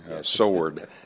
sword